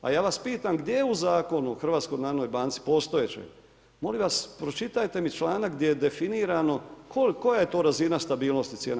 A ja vas pitam gdje u Zakonu o HNB-u postojeće, molim vas, pročitajte mi članak gdje je definirano koja je to razina stabilnosti cijena?